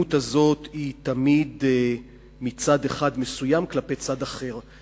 האלימות הזאת היא תמיד מצד אחד מסוים כלפי צד אחר.